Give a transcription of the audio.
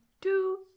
two